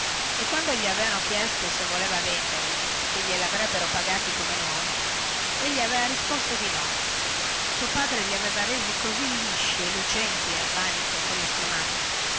e quando gli aveano chiesto se voleva venderli che glieli avrebbero pagati come nuovi egli aveva risposto di no suo padre li aveva resi così lisci e lucenti nel manico colle sue mani